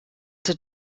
did